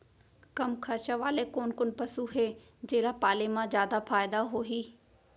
कम खरचा वाले कोन कोन पसु हे जेला पाले म जादा फायदा होही?